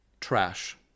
trash